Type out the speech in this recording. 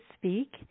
speak